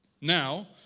Now